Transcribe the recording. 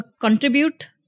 contribute